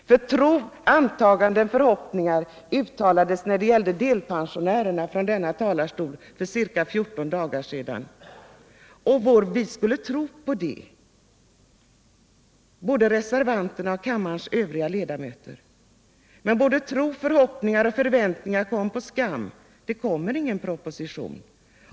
Tro, antaganden och förhoppningar uttalades från denna talarstol för ca 14 dagar sedan när det gällde delpensionärerna. Vi skulle tro på det som då sades — både reservanterna och kammarens övriga ledamöter. Men tro, förhoppningar och förväntningar kom på skam. Det kommer ingen proposition.